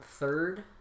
Third